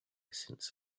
since